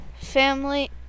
Family